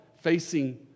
facing